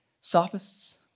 sophists